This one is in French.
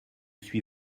suis